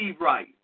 right